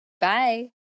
bye